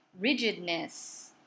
rigidness